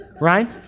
right